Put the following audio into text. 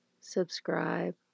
subscribe